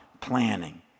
planning